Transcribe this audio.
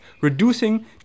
Reducing